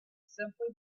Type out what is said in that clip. simply